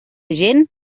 gent